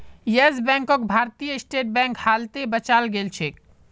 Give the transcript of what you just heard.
yes बैंकक भारतीय State Bank हालते बचाल गेलछेक